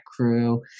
crew